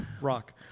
rock